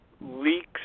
leaks